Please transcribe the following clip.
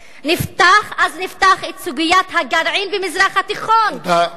אז נפתח את סוגיית הגרעין במזרח התיכון, תודה.